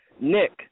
Nick